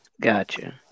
Gotcha